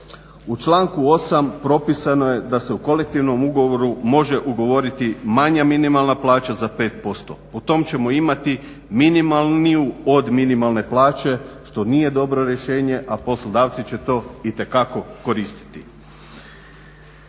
U članku 8. propisano je da se u kolektivnom ugovoru može ugovoriti manja minimalna plaća za 5%. Po tom ćemo imati minimalniju od minimalne plaće što nije dobro rješenje, a poslodavci će to itekako koristiti.